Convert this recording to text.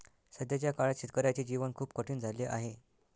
सध्याच्या काळात शेतकऱ्याचे जीवन खूप कठीण झाले आहे